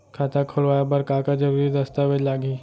खाता खोलवाय बर का का जरूरी दस्तावेज लागही?